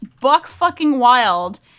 buck-fucking-wild